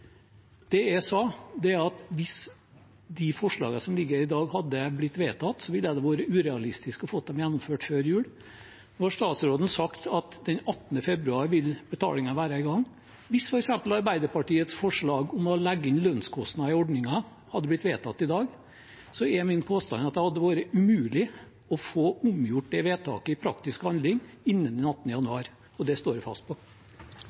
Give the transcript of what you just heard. Det jeg sa, er at hvis de forslagene som ligger her i dag, hadde blitt vedtatt, ville det vært urealistisk å få dem gjennomført før jul. Nå har statsråden sagt at betalingen vil være i gang den 18. januar. Hvis f.eks. Arbeiderpartiets forslag om å legge inn lønnskostnader i ordningen hadde blitt vedtatt i dag, er min påstand at det hadde vært umulig å få omgjort det vedtaket i praktisk handling innen den 18. januar, og det står jeg fast på.